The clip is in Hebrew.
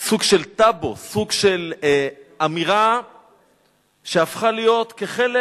טבו, סוג של אמירה שהפכה להיות חלק